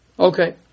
Okay